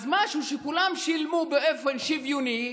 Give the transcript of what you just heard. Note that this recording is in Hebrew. אז משהו שכולם שילמו באופן שוויוני,